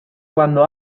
cuando